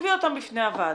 תביא אותם בפני הוועדה.